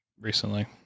recently